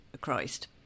Christ